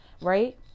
right